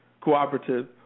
cooperative